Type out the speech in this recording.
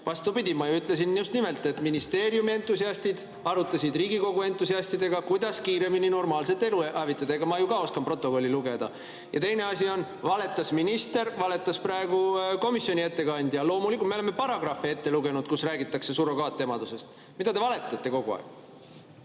Vastupidi, ma ütlesin just nimelt, et ministeeriumi entusiastid arutasid Riigikogu entusiastidega, kuidas kiiremini normaalset elu hävitada. Ma ju ka oskan protokolli lugeda. Ja teine asi on, et valetas minister ja valetas praegu ka komisjoni ettekandja. Loomulikult, me oleme paragrahvi ette lugenud, kus räägitakse surrogaatemadusest. Mida te valetate kogu aeg?